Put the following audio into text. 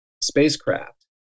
spacecraft